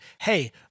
Hey